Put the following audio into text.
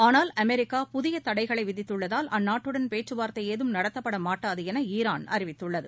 ஆனால் அமெரிக்கா புதிய தடைகளை விதித்துள்ளதால் அந்நாட்டுடன் பேச்சுவார்த்தை ஏதும் நடத்தப்பட மாட்டாது என ஈரான் அறிவித்துள்ளது